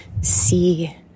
see